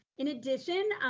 in addition,